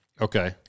Okay